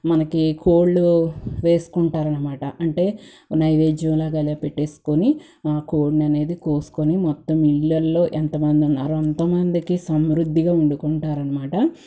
మనకి కోళ్లు వేసుకుంటారనమాట అంటే ఏంటంటే నైవేధ్యం లాగా అలా పెట్టేసుకోని కోడిననేది కోసుకొని మొత్తం ఇళ్లల్లో ఎంతమందున్నారో మొత్తం అంతమందికి సమృద్ధిగా వండుకుంటారనమాట